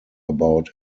about